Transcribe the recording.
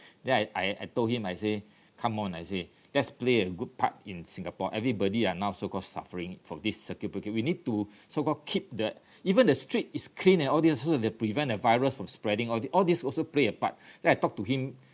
then I I told him I say come on I say just play a good part in singapore everybody are now so called suffering from this circuit breaker we need to so called keep the even the street is clean and all these also is to prevent the virus from spreading all these all these also play a part then I talk to him